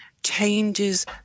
changes